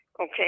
okay